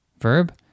verb